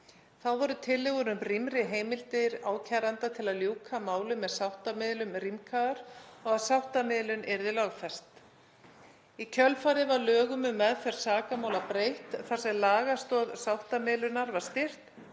Þá voru tillögur um rýmri heimildir ákærenda til að ljúka málum með sáttamiðlun rýmkaðar og að sáttamiðlun yrði lögfest. Í kjölfarið var lögum um meðferð sakamála breytt þar sem lagastoð sáttamiðlunar var styrkt